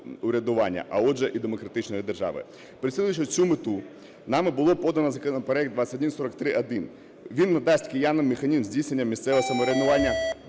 врядування, а отже, і демократичної держави. Переслідуючи оцю мету, нами було подано законопроект 2143-1. Він надасть киянам механізм здійснення місцевого самоврядування